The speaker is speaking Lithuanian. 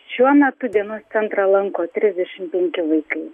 šiuo metu dienos centrą lanko trisdešim penki vaikai